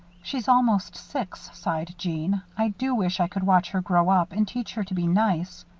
she's almost six, sighed jeanne. i do wish i could watch her grow up and teach her to be nice.